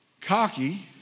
cocky